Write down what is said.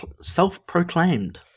self-proclaimed